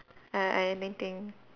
uh I anything